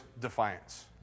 defiance